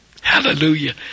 Hallelujah